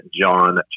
John